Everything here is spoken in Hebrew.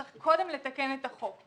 צריך קודם לתקן את החוק.